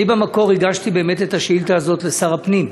אני במקור הגשתי באמת את השאילתה הזאת לשר הפנים,